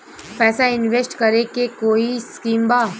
पैसा इंवेस्ट करे के कोई स्कीम बा?